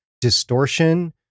distortion